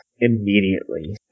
immediately